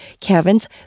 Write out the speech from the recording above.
Kevin's